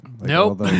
nope